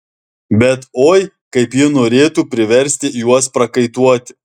bet oi kaip ji norėtų priversti juos prakaituoti